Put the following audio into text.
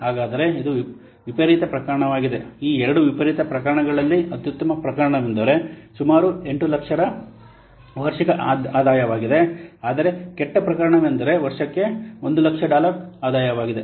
ಹಾಗಾದರೆ ಇದು ವಿಪರೀತ ಪ್ರಕರಣವಾಗಿದೆ ಈ ಎರಡು ವಿಪರೀತ ಪ್ರಕರಣಗಳಲ್ಲಿ ಅತ್ಯುತ್ತಮ ಪ್ರಕರಣವೆಂದರೆ ಸುಮಾರು 800000 ರ ವಾರ್ಷಿಕ ಆದಾಯವಾಗಿದೆ ಆದರೆ ಕೆಟ್ಟ ಪ್ರಕರಣವೆಂದರೆ ವರ್ಷಕ್ಕೆ 100000 ಡಾಲರ್ ಆದಾಯವಾಗಿದೆ